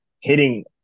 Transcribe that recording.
hitting